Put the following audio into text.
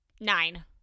Nine